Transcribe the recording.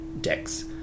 decks